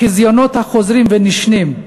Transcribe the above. החזיונות החוזרים ונשנים,